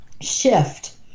shift